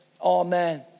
Amen